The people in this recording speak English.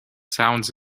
sounds